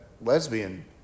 lesbian